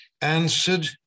answered